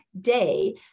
day